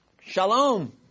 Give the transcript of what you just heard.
shalom